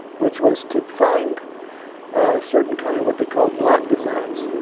which was to find a certain kind of what they call block designs.